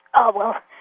oh well,